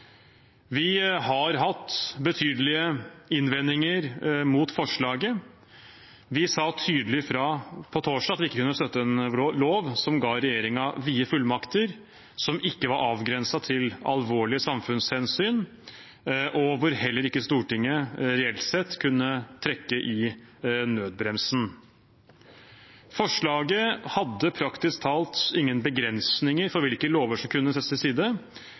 Vi har hatt betydelige innvendinger mot forslaget. Vi sa tydelig fra på torsdag at vi ikke kunne støtte en lov som ga regjeringen vide fullmakter som ikke var avgrenset til alvorlige samfunnshensyn, og hvor heller ikke Stortinget reelt sett kunne trekke i nødbremsen. Forslaget hadde praktisk talt ingen begrensninger for hvilke lover som kunne settes til side,